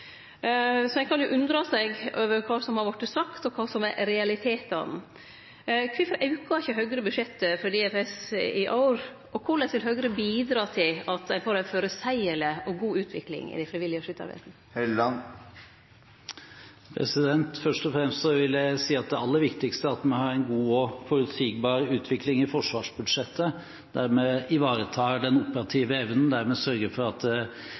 Så ein kan undre seg over kva som har vorte sagt, og kva som er realitetane. Kvifor aukar ikkje Høgre budsjettet for DFS i år? Og korleis vil Høgre bidra til at ein får ei føreseieleg og god utvikling i Det frivillige Skyttervesen? Først og fremst vil jeg si at det aller viktigste er at vi har en god og forutsigbar utvikling i forsvarsbudsjettet, der vi ivaretar den operative evnen, der vi sørger for at